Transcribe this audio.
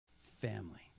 Family